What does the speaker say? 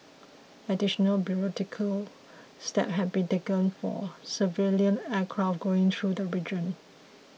additional bureaucratic steps have to be taken for civilian aircraft going through the region